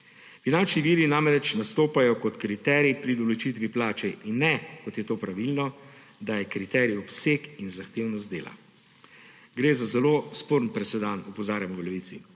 Finančni viri namreč nastopajo kot kriterij pri določitvi plače in ne, kot je to pravilno, da je kriterij obseg in zahtevnost dela. Gre za zelo sporen precedens, opozarjamo v Levici.